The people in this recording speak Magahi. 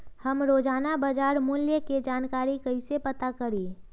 हम रोजाना बाजार मूल्य के जानकारी कईसे पता करी?